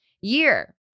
year